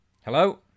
Hello